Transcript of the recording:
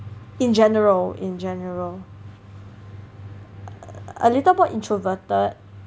in general in general a little bit introverted